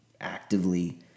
actively